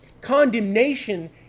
condemnation